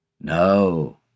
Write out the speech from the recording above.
No